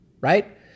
right